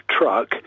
truck